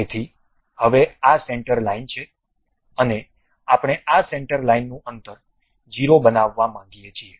તેથી હવે આ સેન્ટર લાઈન છે અને આપણે આ સેન્ટર લાઈનનું અંતર 0 બનાવવા માંગીએ છીએ